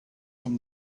from